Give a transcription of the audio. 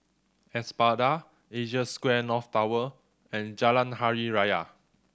Espada Asia Square North Tower and Jalan Hari Raya